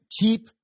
keep